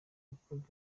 gukorwa